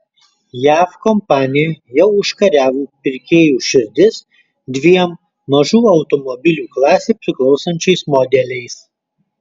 jav kompanija jau užkariavo pirkėjų širdis dviem mažų automobilių klasei priklausančiais modeliais